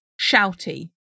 shouty